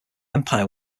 empire